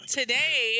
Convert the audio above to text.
today